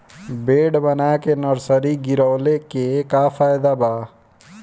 Bed बना के nursery गिरवले के का फायदा बा?